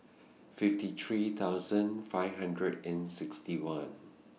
fifty three thousand five hundred and sixty one